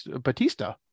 Batista